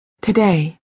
Today